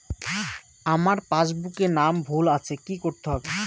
আমার পাসবুকে নাম ভুল আছে কি করতে হবে?